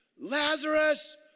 Lazarus